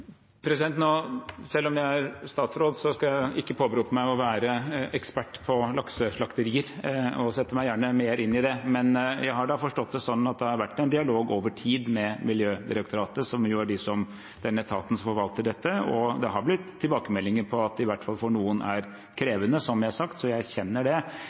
skal jeg ikke påberope meg å være ekspert på lakseslakterier og setter meg gjerne mer inn i det. Jeg har forstått det slik at det har vært en dialog over tid med Miljødirektoratet, som er den etaten som forvalter dette, og det har kommet tilbakemeldinger om at det i hvert fall for noen er krevende, som jeg har sagt, så jeg erkjenner det.